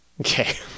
Okay